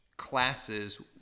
classes